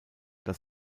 das